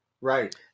Right